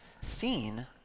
seen